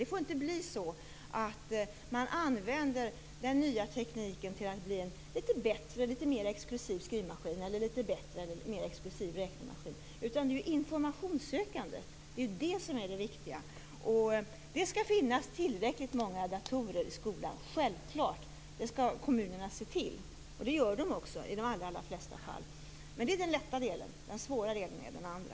Det får inte bli så att man använder den nya tekniken till en litet bättre och mer exklusiv skrivmaskin eller en litet bättre och mer exklusiv räknemaskin. Det är informationssökandet som är det viktiga. Det skall finnas tillräckligt många datorer i skolan. Självklart. Det skall kommunerna se till. Det gör de också i de allra flesta fall. Men det är den lätta delen. Den svåra delen är den andra.